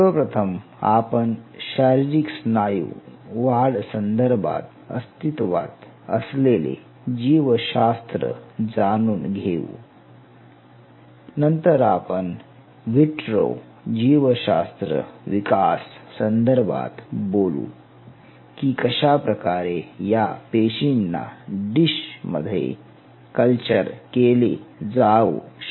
सर्वप्रथम आपण शारीरिक स्नायू वाढ संदर्भात अस्तित्वात असलेले जीवशास्त्र जाणून घेऊ नंतर आपण विट्रो जीवशास्त्र विकास संदर्भात बोलू की कशाप्रकारे या पेशींना डिश मधे कल्चर केले जाऊ शकते